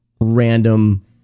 random